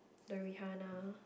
the Rihanna